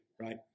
right